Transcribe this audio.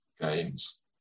Games